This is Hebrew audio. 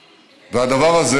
הממשלה,